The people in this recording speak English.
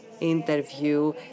interview